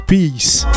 Peace